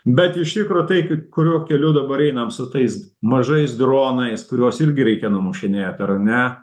bet iš tikro tai k kuriuo keliu dabar einam su tais mažais dronais kuriuos irgi reikia numušinėt ar ne